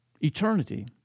eternity